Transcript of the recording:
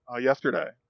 yesterday